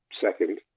second